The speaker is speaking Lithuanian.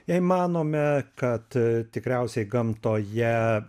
jei manome kad tikriausiai gamtoje